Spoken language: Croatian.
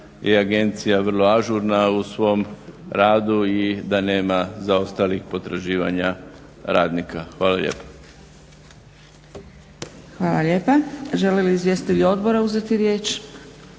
je agencija vrlo ažurna u svom radu i da nema zaostalih potraživanja radnika. Hvala lijepa. **Zgrebec, Dragica (SDP)** Hvala lijepa. Želi li izvjestitelj odbora uzeti riječ?